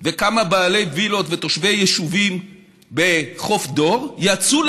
וכמה בעלי וילות ותושבי יישובים בחוף דור יצאו